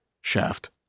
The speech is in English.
shaft